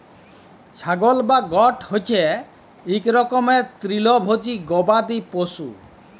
ছাগল বা গট হছে ইক রকমের তিরলভোজী গবাদি পশু